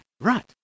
Right